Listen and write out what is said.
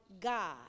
God